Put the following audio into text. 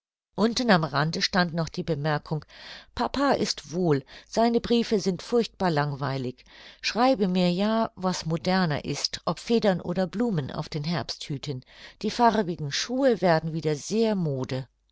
unten am rande stand noch die bemerkung papa ist wohl seine briefe sind furchtbar langweilig schreibe mir ja was moderner ist ob federn oder blumen auf den herbsthüten die farbigen schuhe werden wieder sehr mode